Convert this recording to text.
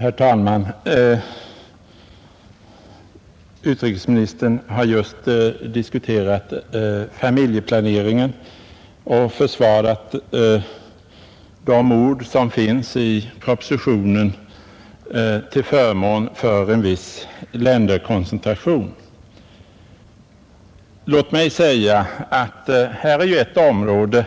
Herr talman! Utrikesministern har just diskuterat familjeplaneringen och försvarat de ord som finns i propositionen till förmån för en viss länderkoncentration. Låt mig säga att vi här har ett område